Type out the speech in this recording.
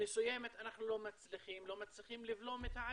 מסוימת אנחנו לא מצליחים ולא מצליחים לבלום את העלייה.